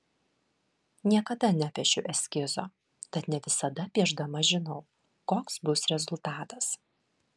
niekada nepiešiu eskizo tad ne visada piešdama žinau koks bus rezultatas